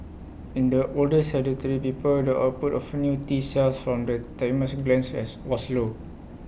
in the older sedentary people the output of new T cells from the thymus glands has was low